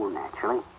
naturally